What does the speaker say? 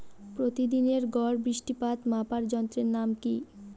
প্রতিদিনের গড় বৃষ্টিপাত মাপার যন্ত্রের নাম কি?